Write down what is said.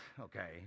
okay